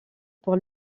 pour